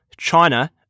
China